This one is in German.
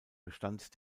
bestand